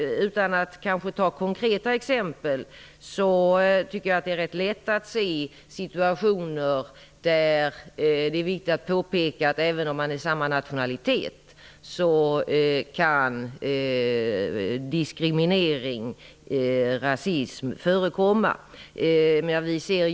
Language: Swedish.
Utan att ta konkreta exempel tycker jag att det är rätt lätt att se situationer där det är viktigt att påpeka att diskriminering och rasism kan förekomma även om man är av samma nationalitet.